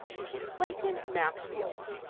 clayton maxfield.